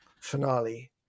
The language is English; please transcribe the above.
finale